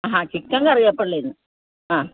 ആ ചിക്കൻ കറിയപ്പള്ളീന്ന് ആ